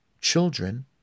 Children